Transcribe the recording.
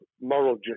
moral